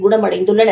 குணமடைந்துள்ளனர்